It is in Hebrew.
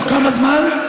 תוך כמה זמן?